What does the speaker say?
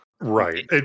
right